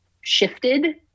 shifted